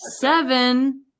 Seven